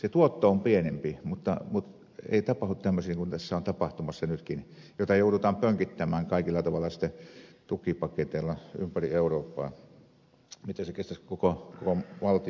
se tuotto on pienempi mutta ei tapahdu tämmöisiä kuin tässä on tapahtumassa nytkin joita joudutaan pönkittämään kaikella tavalla sitten tukipaketeilla ympäri eurooppaa miten se kestäisi koko valtio kasassa